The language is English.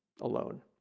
alone